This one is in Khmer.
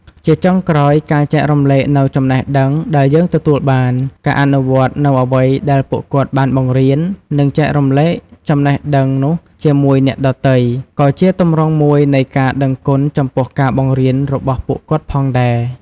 ជាចុងក្រោយ ការចែករំលែកនូវចំណេះដឹងដែលយើងទទួលបាន ការអនុវត្តនូវអ្វីដែលពួកគាត់បានបង្រៀន និងចែករំលែកចំណេះដឹងនោះជាមួយអ្នកដទៃ ក៏ជាទម្រង់មួយនៃការដឹងគុណចំពោះការបង្រៀនរបស់ពួកគាត់ផងដែរ។